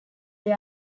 they